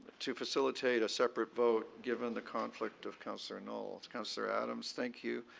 to facilitate a separate vote given the conflict of councillor knoll. councillor adams, thank you.